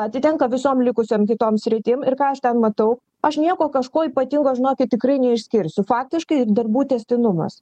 atitenka visom likusiom kitom sritim ir ką aš ten matau aš nieko kažko ypatingo žinokit tikrai neišskirsiu faktiškai darbų tęstinumas